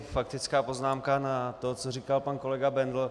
Faktická poznámka na to, co říkal pan kolega Bendl.